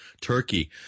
Turkey